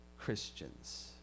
Christians